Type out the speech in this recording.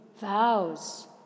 vows